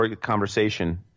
conversation